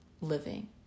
living